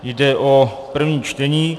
Jde o první čtení.